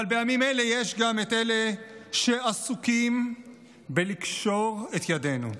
אבל בימים אלה יש גם את אלה שעסוקים בלקשור את ידינו,